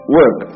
work